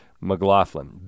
McLaughlin